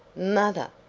mother!